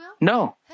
No